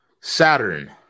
Saturn